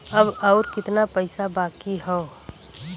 अब अउर कितना पईसा बाकी हव?